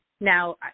Now